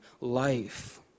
life